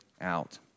out